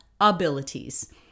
abilities